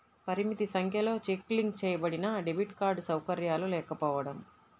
పరిమిత సంఖ్యలో cheque link చేయబడినడెబిట్ కార్డ్ సౌకర్యాలు లేకపోవడం